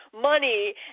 money